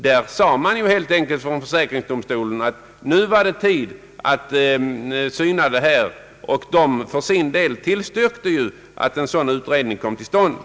Försäkringsdomstolen sade helt enkelt att det nu var tid att granska dessa spörsmål, och den tillstyrkte ju att en utredning kom till stånd.